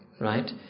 right